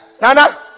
nana